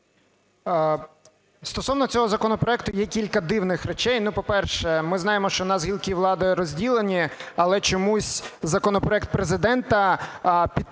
Стосовно цього законопроекту є кілька дивних речей. Ну по-перше, ми знаємо, що у нас гілки влади розділені. Але чомусь законопроект Президента підписує